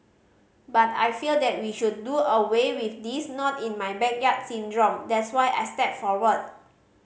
but I feel that we should do away with this not in my backyard syndrome that's why I stepped forward